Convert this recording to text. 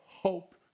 hope